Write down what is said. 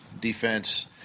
defense